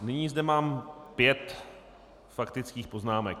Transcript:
Nyní zde mám pět faktických poznámek.